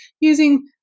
using